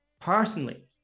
personally